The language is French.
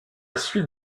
suite